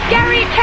Gary